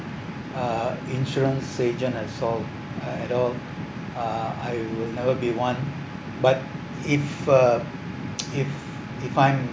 a insurance agent and so on at all uh I will never be one but if uh if if I'm